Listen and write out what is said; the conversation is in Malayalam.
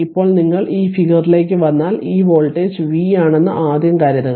ഇപ്പോൾ നിങ്ങൾ ഈ ഫിഗറിലേക്ക് വന്നാൽ ഈ വോൾട്ടേജ് v ആണെന്ന് ആദ്യം കരുതുക